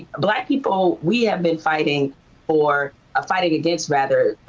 black people, we have been fighting for fighting against, rather,